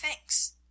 thanks